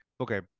Okay